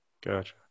Gotcha